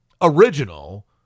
original